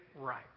Right